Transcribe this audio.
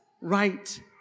right